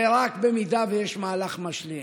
זה רק במידה שיש מהלך משלים.